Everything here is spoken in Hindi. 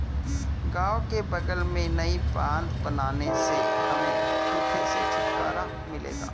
गांव के बगल में नई बांध बनने से हमें सूखे से छुटकारा मिलेगा